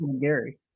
Gary